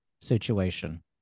situation